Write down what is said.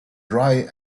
dry